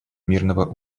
мирного